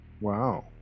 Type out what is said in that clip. Wow